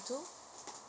too